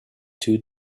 two